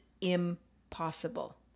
impossible